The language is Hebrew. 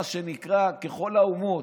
מה שנקרא, ככל האומות.